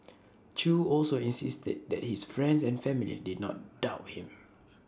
chew also insisted that his friends and family did not doubt him